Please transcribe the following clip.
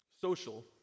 social